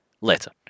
later